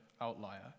outlier